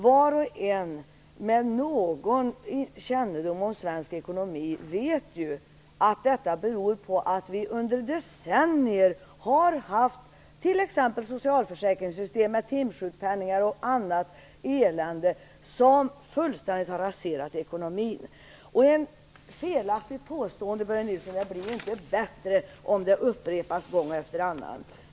Var och en med någon kännedom om svensk ekonomi vet ju att dessa beror på att vi under decennier har haft t.ex. ett socialförsäkringssystem med timsjukpenningar och annat elände som fullständigt har raserat ekonomin. Ett felaktigt påstående blir inte sannare för att det upprepas gång efter annan.